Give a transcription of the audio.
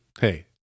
Hey